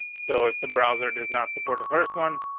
so if the browser does not support the first one,